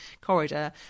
corridor